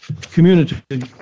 community